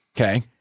Okay